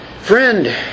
Friend